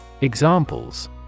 Examples